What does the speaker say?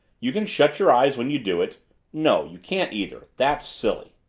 you can shut your eyes when you do it no, you can't either that's silly.